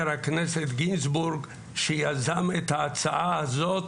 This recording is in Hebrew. לחבר הכנסת גינזבורג שיזם את ההצעה הזאת,